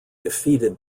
defeated